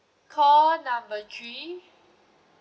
call number three